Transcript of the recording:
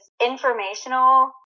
informational